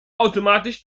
automatisch